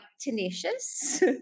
tenacious